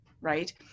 right